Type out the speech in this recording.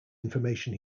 information